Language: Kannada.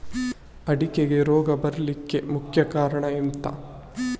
ಅಡಿಕೆಗೆ ರೋಗ ಬರ್ಲಿಕ್ಕೆ ಮುಖ್ಯ ಕಾರಣ ಎಂಥ?